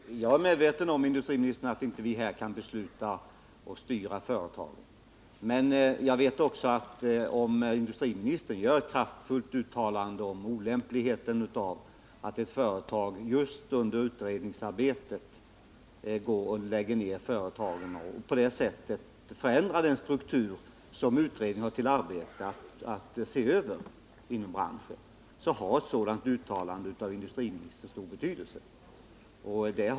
Herr talman! Jag är medveten om, industriministern, att vi inte här kan besluta för eller styra företagen. Men jag vet också att om industriministern gör ett kraftfullt uttalande om olämpligheten av att ett företag just under utredningsarbetet lägger ner verksamheten och på detta sätt förändrar den struktur inom branschen som utredningen har till uppgift att se över, så har ett sådant uttalande av industriministern en stor betydelse.